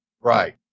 Right